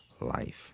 life